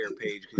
page